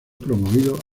promovido